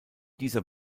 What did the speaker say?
dieser